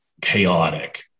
chaotic